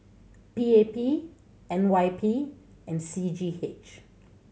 P A P N Y P and C G H